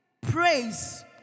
praise